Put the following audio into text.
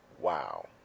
Wow